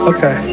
Okay